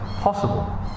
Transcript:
possible